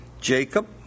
Jacob